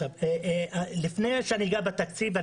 לפני שאגע בתקציב,